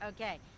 Okay